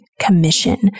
Commission